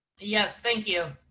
yes, thank you.